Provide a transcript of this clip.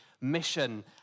mission